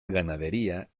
ganadería